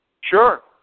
Sure